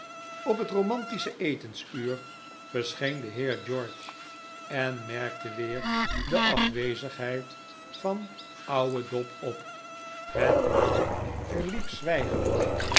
op het romantische etensuur verscheen de heer george en merkte weer de afwezigheid van ouwe dob op het maal verliep zwijgend